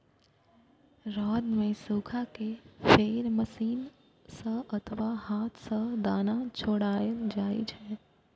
रौद मे सुखा कें फेर मशीन सं अथवा हाथ सं दाना छोड़ायल जाइ छै